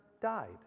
died